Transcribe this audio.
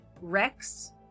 Rex